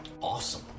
awesome